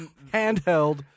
Handheld